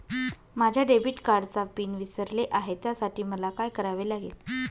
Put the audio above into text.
माझ्या डेबिट कार्डचा पिन विसरले आहे त्यासाठी मला काय करावे लागेल?